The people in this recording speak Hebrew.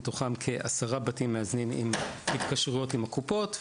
מתוכם כעשרה בתים מאזנים עם התקשרויות עם הקופות.